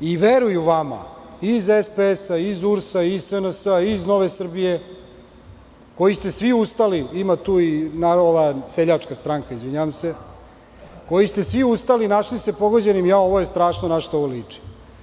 i veruju vama, i iz SPS-a, i iz URS-a, i iz SNS-a, i iz NS, koji ste svi ustali, ima tu i ova Seljačka stranka, izvinjavam se, koji ste svi ustali i našli se pogođenim – ovo je strašno, na šta ovo liči?